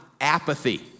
apathy